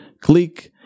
click